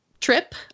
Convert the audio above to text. trip